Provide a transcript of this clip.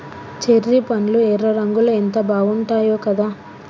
cherry పండ్లు ఎర్ర రంగులో ఎంత బాగుంటాయో కదా